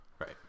Right